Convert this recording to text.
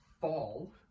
fall